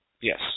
yes